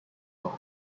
cloth